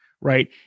right